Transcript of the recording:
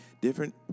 different